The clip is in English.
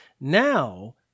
Now